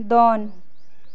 ᱫᱚᱱ